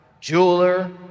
jeweler